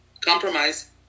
compromise